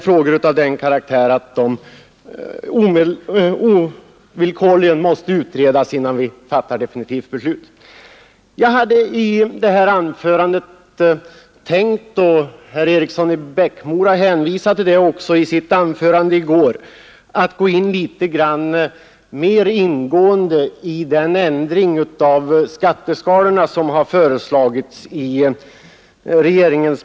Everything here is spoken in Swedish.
Frågorna har sådan karaktär att de ovillkorligen måste utredas innan riksdagen fattar definitivt beslut. Jag hade tänkt att i detta anförande gå in litet närmare på den ändring av skatteskalorna som har föreslagits i propositionen.